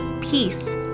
peace